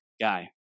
guy